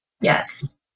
Yes